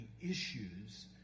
issues